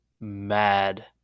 mad